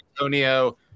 Antonio